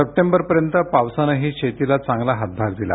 सप्टेंबरपर्यंत पावसानंही शेतीला चांगला हातभार दिला